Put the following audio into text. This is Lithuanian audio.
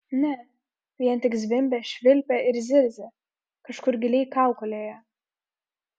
ne vien tik zvimbė švilpė ir zirzė kažkur giliai kaukolėje